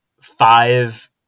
five